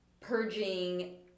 purging